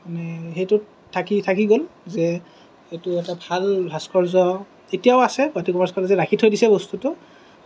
মানে সেইটোত থাকি থাকি গ'ল যে এইটো এটা ভাল ভাস্কর্য্য় এতিয়াও আছে গুৱাহাটী কমাৰ্চ কলেজত ৰাখি থৈ দিছে বস্তুটো